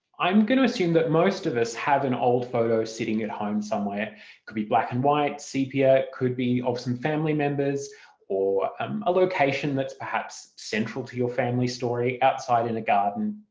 i'm going to assume that most of us have an old photo sitting at home somewhere, it could be black and white, sepia, it could be of some family members or um a location that's perhaps central to your family story outside in a garden,